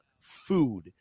food